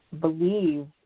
believe